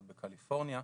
וקליפורניה.